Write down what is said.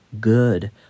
good